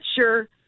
sure